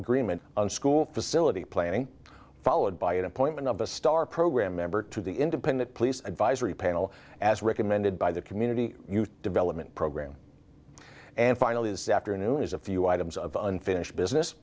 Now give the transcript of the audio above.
agreement on school facility planning followed by an appointment of a star program member to the independent police advisory panel as recommended by the community development program and finally this afternoon is a few items of unfinished business